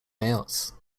males